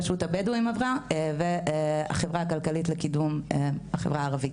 רשות הבדואים והחבר הכלכלית לקידום החברה הערבית.